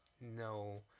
no